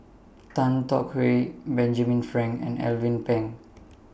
Tan Tong Hye Benjamin Frank and Alvin Pang